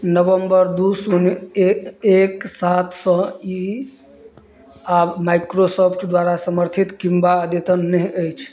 नवम्बर दू शून्य एक एक सातसँ ई आओर माइक्रोसॉफ्ट द्वारा समर्थित किम्बा अद्यतन नहि अछि